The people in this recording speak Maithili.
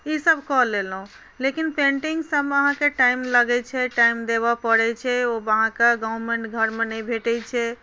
ईसब कऽ लेलहुँ लेकिन पेन्टिङ्ग सबमे अहाँके टाइम लगै छै टाइम देबऽ पड़ै छै ओसब अहाँके गाँवमे घरमे नहि भेटै छै